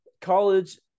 college